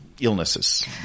illnesses